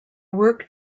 work